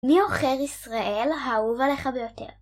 מי אוכר ישראל האהוב עליך ביותר?